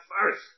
first